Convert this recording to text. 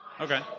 Okay